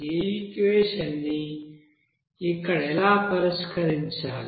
ఈ ఈక్వెషన్ని ఇక్కడ ఎలా పరిష్కరించాలి